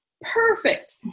perfect